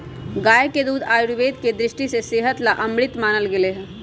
गाय के दूध आयुर्वेद के दृष्टि से सेहत ला अमृत मानल गैले है